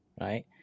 right